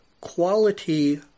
quality